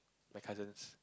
my cousins